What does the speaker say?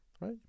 right